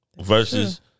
Versus